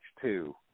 two